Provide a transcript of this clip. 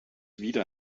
wieder